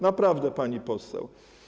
Naprawdę, pani poseł.